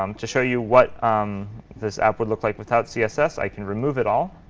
um to show you what this app would look like without css, i can remove it all.